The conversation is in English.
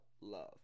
love